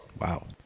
Wow